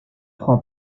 prends